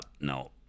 no